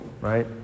right